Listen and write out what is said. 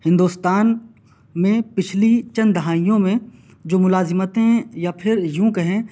ہندوستان میں پچھلی چند دہائیوں میں جو ملازمتیں یا پھر یوں کہیں